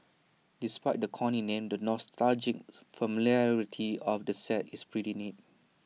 despite the corny name the nostalgic familiarity of the set is pretty neat